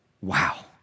wow